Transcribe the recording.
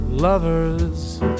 Lover's